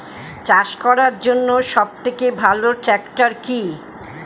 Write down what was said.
চাষ করার জন্য সবথেকে ভালো ট্র্যাক্টর কি?